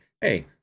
hey